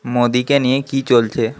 মোদীকে নিয়ে কি চলছে